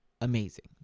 amazing